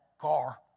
car